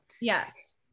Yes